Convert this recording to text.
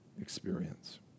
experience